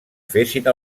fessin